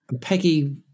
Peggy